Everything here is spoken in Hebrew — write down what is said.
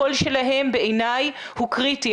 הקול שלהם בעיניי הוא קריטי.